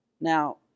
Now